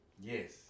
Yes